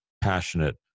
passionate